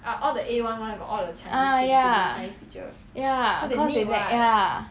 ah ya ya cause they ya